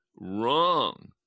wrong